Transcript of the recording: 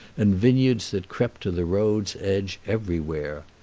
and vineyards that crept to the road's edge everywhere.